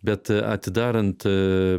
bet atidarant